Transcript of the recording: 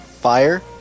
Fire